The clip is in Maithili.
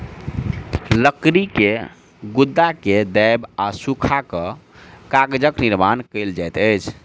लकड़ी के गुदा के दाइब आ सूखा कअ कागजक निर्माण कएल जाइत अछि